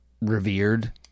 revered